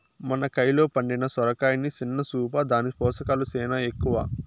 మన కయిలో పండిన సొరకాయని సిన్న సూపా, దాని పోసకాలు సేనా ఎక్కవ